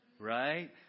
right